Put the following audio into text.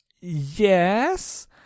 yes